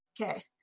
Okay